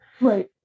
Right